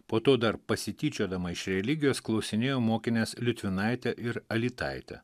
po to dar pasityčiodama iš religijos klausinėjo mokines liutvinaitę ir alytaitę